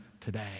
today